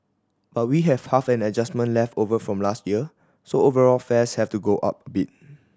but we have half an adjustment left over from last year so overall fares have to go up bit